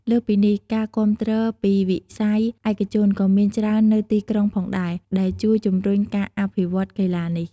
លើសពីនេះ ការគាំទ្រពីវិស័យឯកជនក៏មានច្រើននៅទីក្រុងផងដែរ ដែលជួយជំរុញការអភិវឌ្ឍកីឡានេះ។